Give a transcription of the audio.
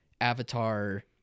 Avatar